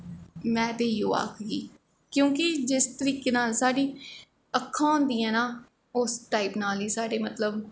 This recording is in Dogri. में ते इटयो आखगी क्योंकि जिस तरीके नाल साढ़ी अक्खां होंदियां ना उस टाईप डूबजा़ नाल ई साढ़े मतलब